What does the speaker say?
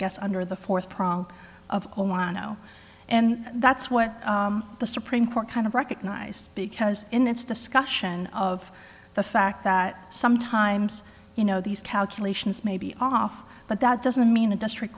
guess under the fourth prong of oman no and that's what the supreme court kind of recognized because in its discussion of the fact that sometimes you know these calculations may be off but that doesn't mean a district